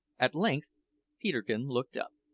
at length peterkin looked up.